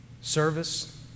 service